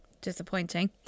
disappointing